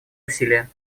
усилия